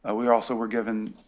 and we also were given